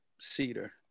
Cedar